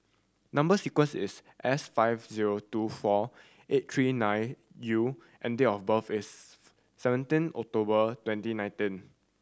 number sequence is S five zero two four eight three nine U and date of birth is seventeen October twenty nineteen